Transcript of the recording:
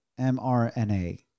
mRNA